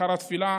לאחר התפילה